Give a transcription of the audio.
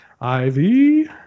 Ivy